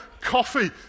coffee